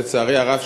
לצערי הרב,